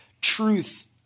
truth